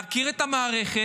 להכיר את המערכת,